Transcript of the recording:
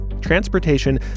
Transportation